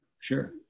Sure